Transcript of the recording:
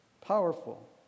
powerful